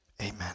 amen